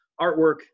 artwork